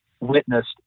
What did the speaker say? witnessed